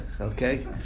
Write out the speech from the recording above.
okay